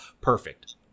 perfect